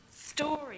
story